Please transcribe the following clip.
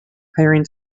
hiring